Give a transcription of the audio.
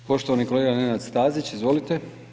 Poštovani kolega Nenad Stazić, izvolite.